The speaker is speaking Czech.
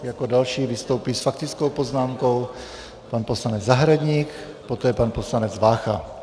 Jako další vystoupí s faktickou poznámkou pan poslanec Zahradník, poté pan poslanec Vácha.